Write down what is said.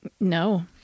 No